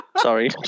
Sorry